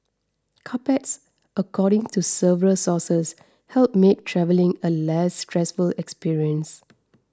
carpets according to several sources help make travelling a less stressful experience